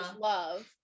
love